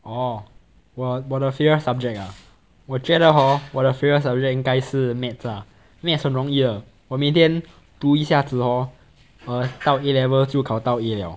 哦我我的 favourite subject ah 我觉得 hor 我的 favourite subject 应该是 maths ah maths 很容易的我每天读一下子 hor err 到 A level 就考到 A liao